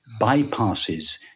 bypasses